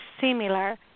similar